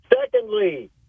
secondly